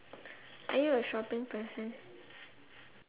are you a shopping person